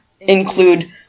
include